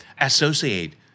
associate